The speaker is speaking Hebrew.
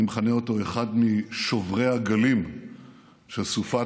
אני מכנה אותו אחד משוברי הגלים של סופת